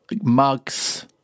mugs